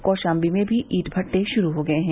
कौशाम्बी में भी ईट भट्ठे शुरू हो गये हैं